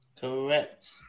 Correct